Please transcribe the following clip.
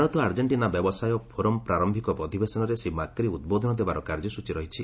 Bharat Argentina ବ୍ୟବସାୟ forum ପ୍ରାରମ୍ଭିକ ଅଧିବେଶନରେ ଶ୍ରୀ ମାକ୍ରି ଉଦ୍ବୋଧନ ଦେବାର କାର୍ଯ୍ୟସ୍ନଚୀ ରହିଛି